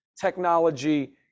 technology